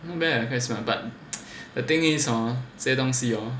not bad leh quite smart but the thing is ah 这些东西 hor